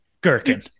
Gherkin